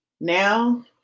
Now